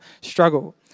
struggle